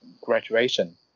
graduation